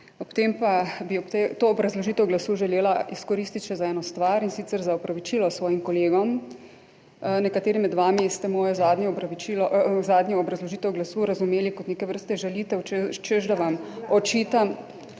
Ob tem pa bi to obrazložitev glasu želela izkoristiti še za eno stvar, in sicer za opravičilo svojim kolegom. Nekateri med vami ste mojo zadnjo obrazložitev glasu razumeli kot neke vrste žalitev, češ da vam očitam